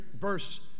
verse